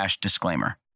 disclaimer